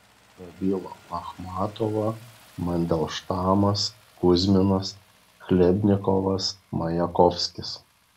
prabilo achmatova mandelštamas kuzminas chlebnikovas majakovskis